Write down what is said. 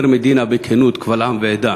אומר מדינה בכנות, קבל עם ועדה: